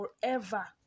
forever